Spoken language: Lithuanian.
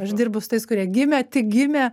aš dirbu su tais kurie gimė tik gimė